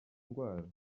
ndwara